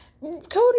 Cody